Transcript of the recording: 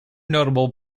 notable